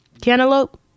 Cantaloupe